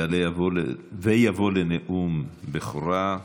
יעלה ויבוא לנאום בכורה